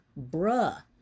bruh